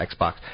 xbox